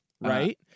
Right